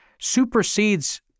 supersedes